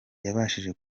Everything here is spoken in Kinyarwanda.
yabashije